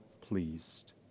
pleased